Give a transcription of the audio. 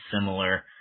similar